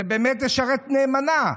זה באמת לשרת נאמנה.